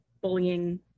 bullying